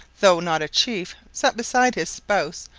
though not a chief, sat beside his spouse,